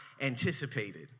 anticipated